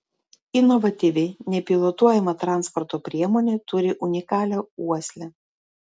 inovatyvi nepilotuojama transporto priemonė turi unikalią uoslę